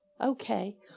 Okay